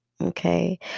okay